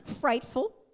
frightful